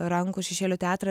rankų šešėlių teatrą